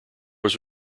was